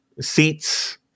seats